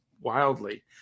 wildly